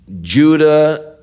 Judah